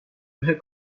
ühe